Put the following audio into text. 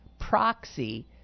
proxy